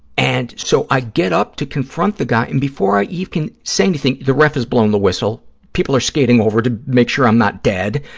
and so, i get up to confront the guy, and before i even can say anything, the ref has blown the whistle. people are skating over to make sure i'm not dead.